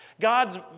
God's